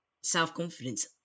self-confidence